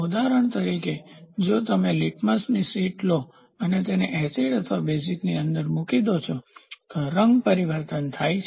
ઉદાહરણ તરીકે જો તમે લિટમસની સીટ લો અને તેને એસિડ અથવા બેઝીકની અંદર મૂકી દો છો રંગ પરિવર્તન થાય છે